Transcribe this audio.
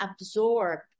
absorb